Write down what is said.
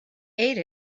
ate